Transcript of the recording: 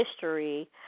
history